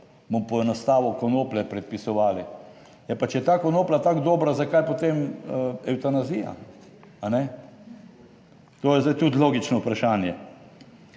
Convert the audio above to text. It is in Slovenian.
bom poenostavil, konoplje predpisovali. Ja, pa če je ta konoplja tako dobra, zakaj potem evtanazija? To je zdaj tudi logično vprašanje.